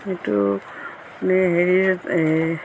এইটো আপুনি হেৰি